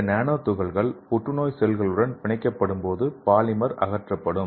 இந்த நானோ துகள்கள் புற்றுநோய் செல்லுடன் பிணைக்கப்படும்போது பாலிமர் அகற்றப்படும்